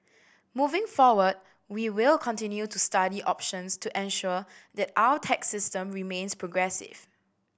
moving forward we will continue to study options to ensure that our tax system remains progressive